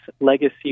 legacy